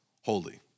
holy